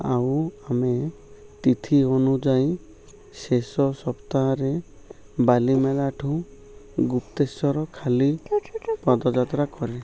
ଆଉ ଆମେ ତିଥି ଅନୁଯାୟୀ ଶେଷ ସପ୍ତାହ ରେ ବାଲିମେଳା ଠୁ ଗୁପ୍ତେଶ୍ୱର ଖାଲି ପଦଯାତ୍ରା କରେ